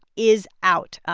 is out.